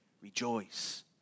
rejoice